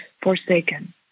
forsaken